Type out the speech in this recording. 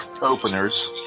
openers